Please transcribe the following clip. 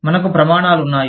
మనకు ప్రమాణాలు ఉన్నాయి